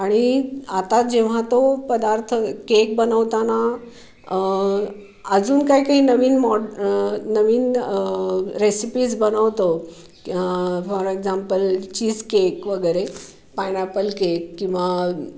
आणि आता जेव्हा तो पदार्थ केक बनवताना अजून काही काही नवीन मॉड नवीन रेसिपीज बनवतो फॉर एक्झाम्पल चीज केक वगैरे पायनॅपल केक किंवा